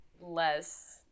less